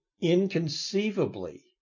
Inconceivably